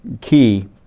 key